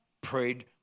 prayed